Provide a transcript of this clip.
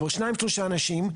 אבל שניים-שלושה אנשים,